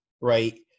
right